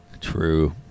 True